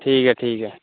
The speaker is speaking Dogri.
ठीक ऐ ठीक ऐ